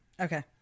Okay